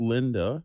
Linda